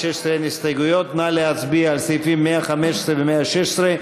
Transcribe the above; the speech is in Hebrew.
נא להצביע על סעיפים 115 ו-116,